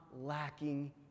lacking